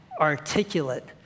articulate